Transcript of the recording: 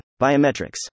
biometrics